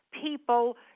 people